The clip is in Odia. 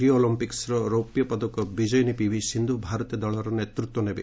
ରିଓ ଅଲିମ୍ପିକ୍ସର ରୌପ୍ୟ ପଦକ ବିଜୟିନୀ ପିଭି ସିନ୍ଧୁ ଭାରତୀୟ ଦଳର ନେତୃତ୍ୱ ନେବେ